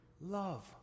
love